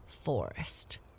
forest